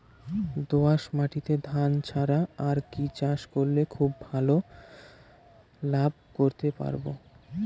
দোয়াস মাটিতে ধান ছাড়া আর কি চাষ করলে খুব ভাল লাভ করতে পারব?